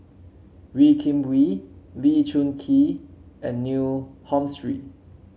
Wee Kim Wee Lee Choon Kee and Neil